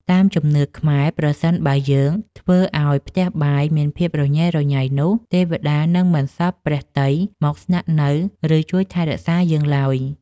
តាមជំនឿខ្មែរប្រសិនបើយើងធ្វើឱ្យផ្ទះបាយមានភាពរញ៉េរញ៉ៃនោះទេវតានឹងមិនសព្វព្រះទ័យមកស្នាក់នៅ ឬជួយថែរក្សាយើងឡើយ។